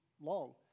long